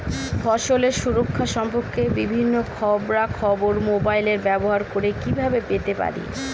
ফসলের সুরক্ষা সম্পর্কে বিভিন্ন খবরা খবর মোবাইল ব্যবহার করে কিভাবে পেতে পারি?